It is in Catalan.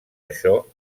això